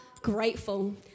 grateful